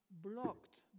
blocked